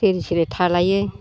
सिरि सिरि थालायो